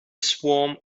swarm